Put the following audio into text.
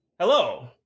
Hello